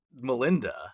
Melinda